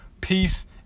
peace